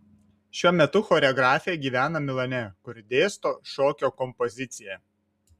šiuo metu choreografė gyvena milane kur dėsto šokio kompoziciją